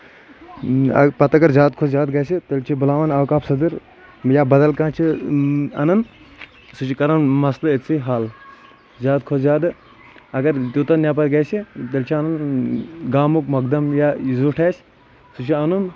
پَتہٕ اَگر زیادٕ کھۄتہٕ زیادٕ گژھِ تیٚلہِ چھِ بُلاوان اوقاف صدٕر یا بدل کانٛہہ چھِ اَنان سُہ چھِ کَران مسلہٕ أتسٕے ہل زیادٕ کھوتہٕ زیادٕ اَگر توٗتاہ نٮ۪بر گژھِ تیٚلہِ چُھ اَنُن گامُک موقدم یا زیوٗھ اَسہِ سُہ چُھ اَنُن